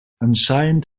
anscheinend